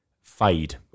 Fade